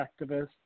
activists